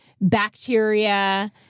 bacteria